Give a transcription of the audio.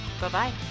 Bye-bye